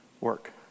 work